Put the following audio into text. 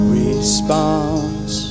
response